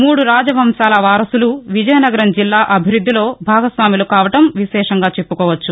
మూడు రాజ వంశాల వారసులు విజయనగరం జిల్లా అభివృద్దిలో భాగస్వాములు కావడం విశేషంగా చెప్పుకోవచ్చు